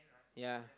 ya